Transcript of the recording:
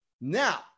Now